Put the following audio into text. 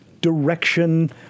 direction